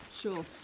Sure